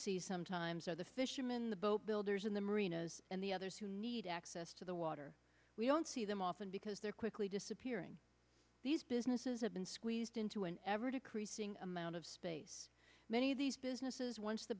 see sometimes are the fishermen the boat builders and the marinas and the others who need access to the water we don't see them often because they're quickly disappearing these businesses have been squeezed into an ever decreasing amount of space many of these businesses once the